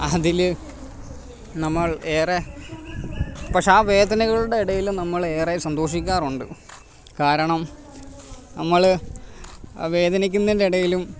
അതിൽ നമ്മള് ഏറെ പക്ഷേ ആ വേദനകളുടെ ഇടയിലും നമ്മള് ഏറെ സന്തോഷിക്കാറുണ്ട് കാരണം നമ്മൾ വേദനിക്കുന്നതിന്റെ ഇടയിലും